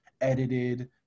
edited